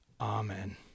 Amen